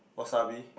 wasabi